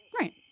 Right